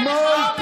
אתמול,